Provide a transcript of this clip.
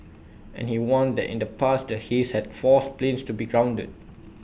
and he warned that in the past the haze had forced planes to be grounded